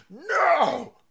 No